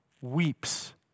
weeps